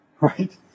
right